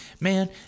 man